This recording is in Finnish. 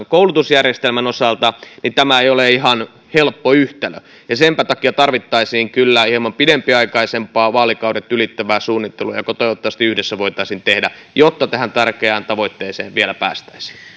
koulutusjärjestelmän osalta että tämä ei ole ihan helppo yhtälö senpä takia tarvittaisiin kyllä hieman pidempiaikaisempaa vaalikaudet ylittävää suunnittelua joka toivottavasti yhdessä voitaisiin tehdä jotta tähän tärkeään tavoitteeseen vielä päästäisiin